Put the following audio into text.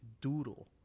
doodle